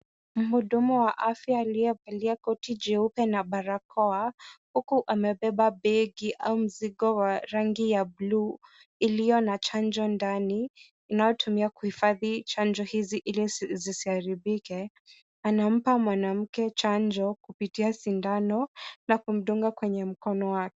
Mhudumu wa afya aliyevalia koti jeupe na barakoa huku amebeba begi au mzigo wa rangi ya bluu iliyo na chanjo ndani inayotumiwa kuhifadhi chanjo hizi ili zisiharibike. Anampa mwanamke chanjo kupitia sindano na kumdunga kwenye mkono wake.